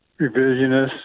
revisionist